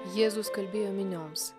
jėzus kalbėjo minioms